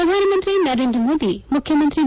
ಪ್ರಧಾನಮಂತ್ರಿ ನರೇಂದ್ರ ಮೋದಿ ಮುಖ್ಯಮಂತ್ರಿ ಬಿ